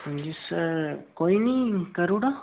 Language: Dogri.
हां जी सर कोई नी करुड़ां